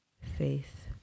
faith